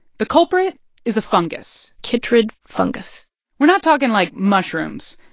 the culprit is a fungus chytrid fungus we're not talking, like, mushrooms.